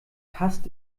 hasst